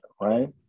right